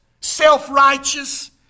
self-righteous